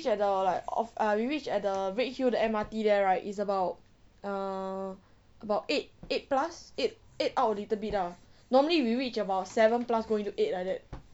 we reach at the off~ we reach at the redhill the M_R_T there right is about uh about eight eight plus eight eight out little bit lah normally we reach about seven plus going to eight like that